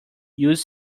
use